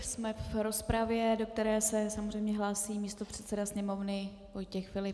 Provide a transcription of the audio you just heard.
Jsme v rozpravě, do které se samozřejmě hlásí místopředseda Sněmovny Vojtěch Filip.